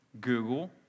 Google